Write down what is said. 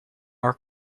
our